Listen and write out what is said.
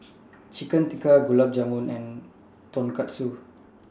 Chicken Tikka Gulab Jamun and Tonkatsu